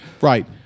right